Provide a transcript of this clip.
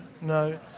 no